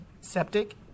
septic